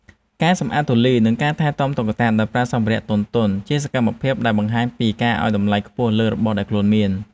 ការសម្អាតធូលី និងការថែទាំតុក្កតាដោយប្រើសម្ភារៈទន់ៗ ជាសកម្មភាពដែលបង្ហាញពីការឱ្យតម្លៃខ្ពស់លើរបស់ដែលខ្លួនមាន។